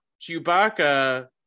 Chewbacca